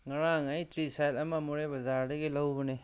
ꯉꯔꯥꯡ ꯑꯩ ꯇ꯭ꯔꯤꯁꯥꯏꯠ ꯑꯃ ꯃꯣꯔꯦ ꯕꯖꯥꯔꯗꯒꯤ ꯂꯧꯕꯅꯤ